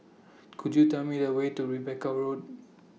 Could YOU Tell Me The Way to Rebecca Road